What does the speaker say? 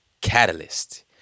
catalyst